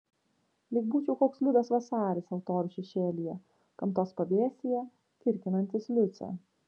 lyg būčiau koks liudas vasaris altorių šešėlyje gamtos pavėsyje kirkinantis liucę